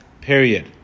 period